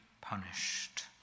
punished